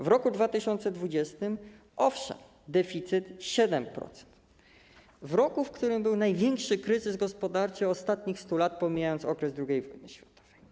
W roku 2020, owszem, deficyt 7%, w roku, w którym był największy kryzys gospodarczy ostatnich 100 lat, pomijając okres II wojny światowej.